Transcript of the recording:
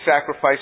sacrifice